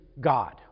God